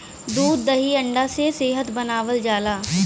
दूध दही अंडा से सेहत बनावल जाला